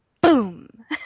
boom